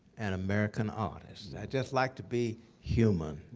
an american artist. i'd just like to be human.